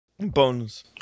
Bones